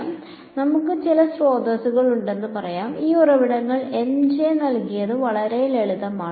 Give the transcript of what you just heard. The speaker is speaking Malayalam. അതിനാൽ നമുക്ക് ചില സ്രോതസ്സുകൾ ഉണ്ടെന്ന് പറയാം ഈ ഉറവിടങ്ങൾ എം ജെ നൽകിയത് വളരെ ലളിതമാണ്